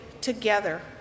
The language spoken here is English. together